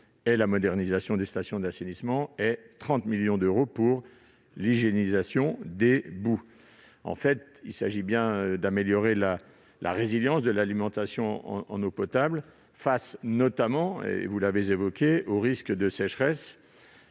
et la modernisation des stations d'assainissement et 30 millions d'euros pour l'hygiénisation des boues. Il s'agit d'améliorer la résilience de l'alimentation en eau potable, notamment face aux risques de sécheresse,